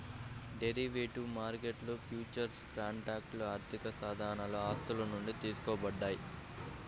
derivative మార్కెట్లో futures కాంట్రాక్ట్లు ఆర్థికసాధనాలు ఆస్తుల నుండి తీసుకోబడ్డాయి